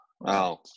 wow